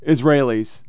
Israelis